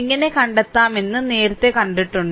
എങ്ങനെ കണ്ടെത്താമെന്ന് നേരത്തെ കണ്ടിട്ടുണ്ട്